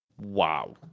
Wow